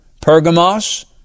Pergamos